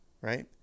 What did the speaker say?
right